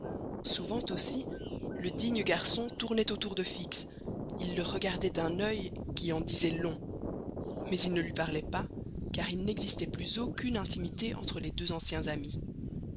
souvent aussi le digne garçon tournait autour de fix il le regardait d'un oeil qui en disait long mais il ne lui parlait pas car il n'existait plus aucune intimité entre les deux anciens amis